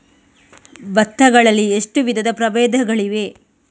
ಭತ್ತ ಗಳಲ್ಲಿ ಎಷ್ಟು ವಿಧದ ಪ್ರಬೇಧಗಳಿವೆ?